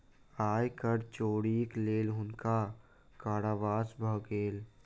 आय कर चोरीक लेल हुनका कारावास भ गेलैन